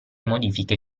modifiche